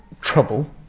trouble